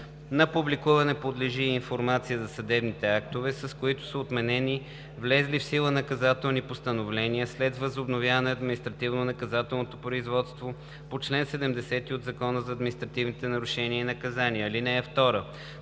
На публикуване подлежи и информация за съдебните актове, с които са отменени влезли в сила наказателни постановления след възобновяване на административнонаказателно производство по чл. 70 от Закона за административните нарушения и наказания. (2)